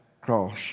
cross